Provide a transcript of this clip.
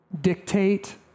dictate